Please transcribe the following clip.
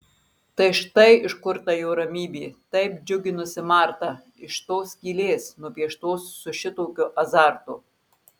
tai štai iš kur ta jo ramybė taip džiuginusi martą iš tos skylės nupieštos su šitokiu azartu